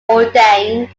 ordained